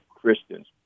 Christians